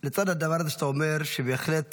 לצד הדבר הזה שאתה אומר, בהחלט